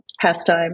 pastime